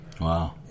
Wow